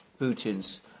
Putin's